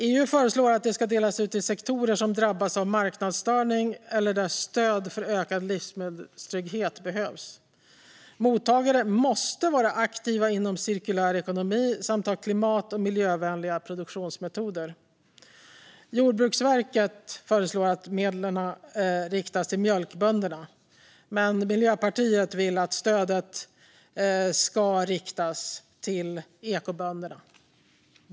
EU föreslår att det ska delas ut till sektorer som drabbats av marknadsstörning eller där stöd för ökad livsmedelstrygghet behövs. Mottagare måste vara aktiva inom cirkulär ekonomi samt ha klimat och miljövänliga produktionsmetoder. Jordbruksverket föreslår att medlen riktas mot mjölkbönderna. Men Miljöpartiet vill att stödet ska riktas till ekobönderna.